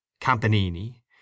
Campanini